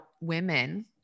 women